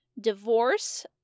divorce